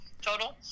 total